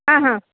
हां हां